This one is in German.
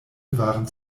waren